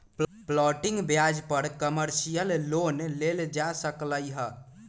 floating ब्याज पर commercial loan लेल जा सकलई ह